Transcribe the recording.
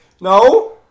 No